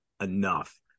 enough